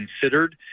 considered